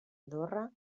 andorra